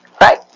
Right